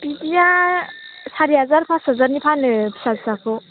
बिदिया सारि हाजार फास हाजारनि फानो फिसा फिसाखौ